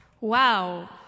Wow